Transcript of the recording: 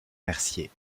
mercier